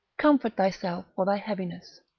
comfort thyself for thy heaviness,